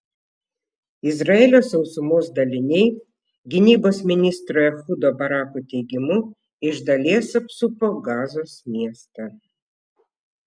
izraelio sausumos daliniai gynybos ministro ehudo barako teigimu iš dalies apsupo gazos miestą